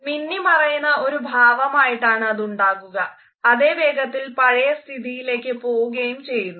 മിന്നിമറയുന്ന ഒരു ഭാവമായിട്ടാണ് അത് ഉണ്ടാവുക അതേ വേഗത്തിൽ പഴയ സ്ഥിതിയിലേക്ക് പോവുകയും ചെയ്യുന്നു